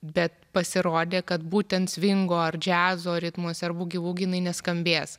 bet pasirodė kad būtent svingo ar džiazo ritmuose ar bugi vugi jinai neskambės